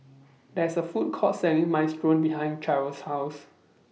There's A Food Court Selling Minestrone behind Cheryll's House